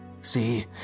See